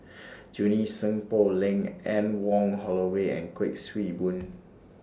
Junie Sng Poh Leng Anne Wong Holloway and Kuik Swee Boon